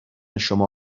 شما